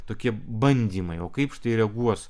tokie bandymai o kaip reaguos